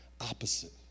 opposite